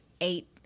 eight